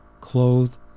clothed